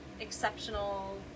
exceptional